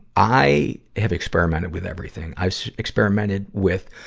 i have experimented with everything. i've experimented with,